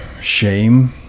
shame